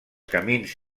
camins